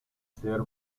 ser